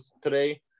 today